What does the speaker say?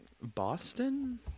Boston